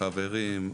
חברים,